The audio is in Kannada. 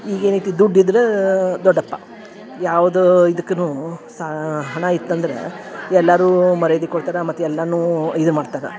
ಈಗ ಏನೈತಿ ದುಡ್ಡು ಇದ್ದರೆ ದೊಡ್ಡಪ್ಪ ಯಾವುದೂ ಇದುಕ್ಕೂನು ಸಾ ಹಣ ಇತ್ತಂದರೆ ಎಲ್ಲರೂ ಮರ್ಯಾದಿ ಕೊಡ್ತಾರೆ ಮತ್ತು ಎಲ್ಲಾನೂ ಇದು ಮಾಡ್ತರೆ